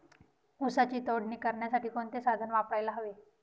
ऊसाची तोडणी करण्यासाठी कोणते साधन वापरायला हवे?